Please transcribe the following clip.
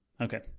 Okay